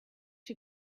you